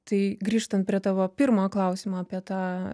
tai grįžtant prie tavo pirmojo klausimo apie tą